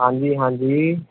ਹਾਂਜੀ ਹਾਂਜੀ